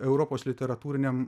europos literatūriniam